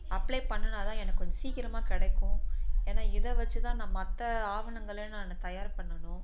apply பண்ணணுன்னாதான் எனக்கு கொஞ்சம் சீக்கிரமாக கிடைக்கும் ஏன்னா இதை வச்சுதான் நான் மற்ற ஆவணங்களை நான் தயார் பண்ணணும்